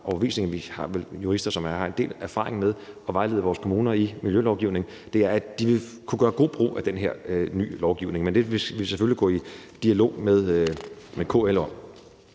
overbevisning, at vi har jurister, som vel har en del erfaring med at vejlede vores kommuner i miljølovgivning, og de ville kunne gøre god brug af den her nye lovgivning. Men det vil vi selvfølgelig gå i dialog med KL om.